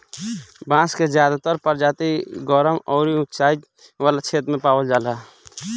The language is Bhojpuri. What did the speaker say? बांस के ज्यादातर प्रजाति गरम अउरी उचाई वाला क्षेत्र में पावल जाला